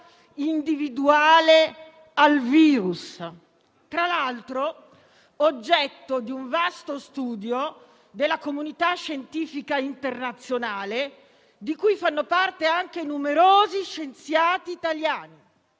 individuale al virus, tra l'altro oggetto di un vasto studio della comunità scientifica internazionale di cui fanno parte anche numerosi scienziati italiani,